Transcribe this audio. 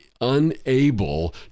unable